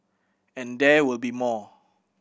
and there will be more